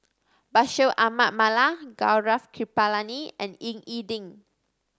Bashir Ahmad Mallal Gaurav Kripalani and Ying E Ding